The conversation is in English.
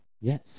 Yes